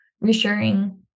reassuring